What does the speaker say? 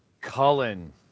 cullen